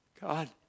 God